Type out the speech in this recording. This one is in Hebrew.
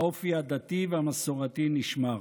האופי הדתי והמסורתי נשמר.